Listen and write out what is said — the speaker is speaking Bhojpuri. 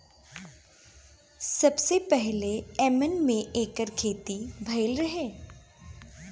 सबसे पहिले यमन में एकर खेती भइल रहे